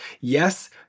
Yes